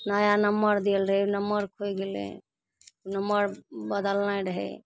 नया नम्मर देल रहै ओ नम्मर खोइ गेलै ओ नम्मर बदलनाइ रहै